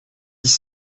dix